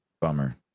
bummer